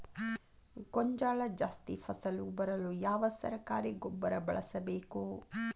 ಗೋಂಜಾಳ ಜಾಸ್ತಿ ಫಸಲು ಬರಲು ಯಾವ ಸರಕಾರಿ ಗೊಬ್ಬರ ಬಳಸಬೇಕು?